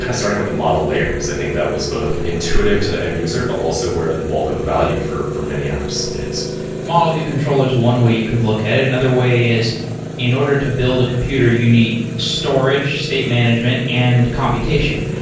and starting with the model layer, because i think that was both intuitive to the end-user, but also where the bulk of the value for for many apps is model view controllers one way you could look at it. another way is in order to build a computer, you need storage, state management and computation.